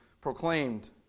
proclaimed